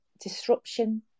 disruption